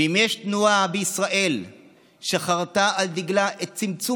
ואם יש תנועה בישראל שחרתה על דגלה את צמצום